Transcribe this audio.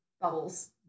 bubbles